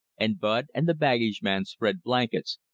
and bud, and the baggage man spread blankets,